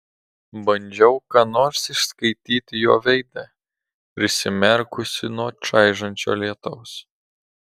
bandžiau ką nors išskaityti jo veide prisimerkusi nuo čaižančio lietaus